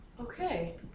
Okay